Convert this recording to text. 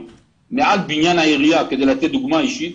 מעל בניין העירייה כדי לתת דוגמה אישית,